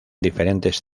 diferentes